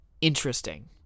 interesting